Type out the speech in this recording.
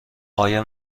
آیا